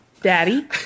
Daddy